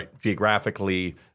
geographically